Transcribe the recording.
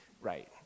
right